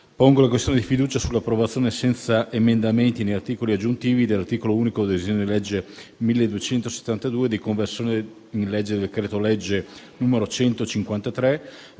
pongo la questione di fiducia sull'approvazione, senza emendamenti né articoli aggiuntivi, dell'articolo unico del disegno di legge n. 1272, di conversione in legge del decreto-legge 17